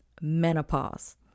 menopause